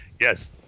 yes